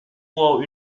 boire